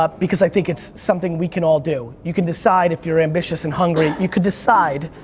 ah because i think it's something we can all do, you can decide if you're ambitious and hungry. you could decide,